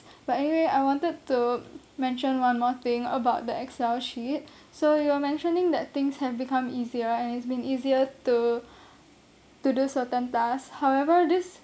but anyway I wanted to mention one more thing about the excel sheet so you were mentioning that things have become easier and it's been easier to to do certain task however this